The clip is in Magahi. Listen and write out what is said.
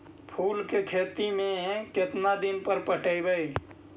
फूल के खेती में केतना दिन पर पटइबै?